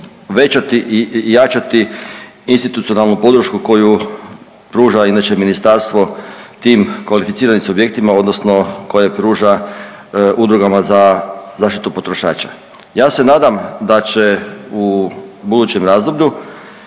većati i jačati institucionalnu podršku koju pruža inače, Ministarstvo tim kvalificiranim subjektima odnosno koje pruža udrugama za zaštitu potrošača. Ja se nadam da će u budućem razdoblju